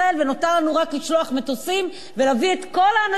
ונותר לנו רק לשלוח מטוסים ולהביא מאפריקה